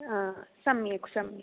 आ सम्यक् सम्यक्